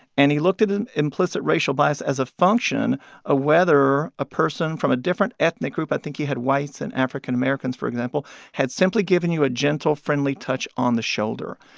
and he looked at and implicit racial bias as a function of whether a person from a different ethnic group i think he had whites and african-americans, for example had simply given you a gentle, friendly touch on the shoulder.